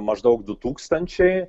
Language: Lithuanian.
maždaug du tūkstančiai